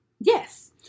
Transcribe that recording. Yes